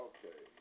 Okay